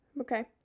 okay